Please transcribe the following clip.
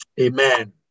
Amen